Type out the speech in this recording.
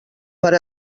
per